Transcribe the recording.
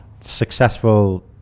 successful